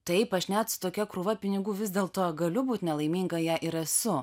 taip aš net su tokia krūva pinigų vis dėl to galiu būt nelaiminga ja ir esu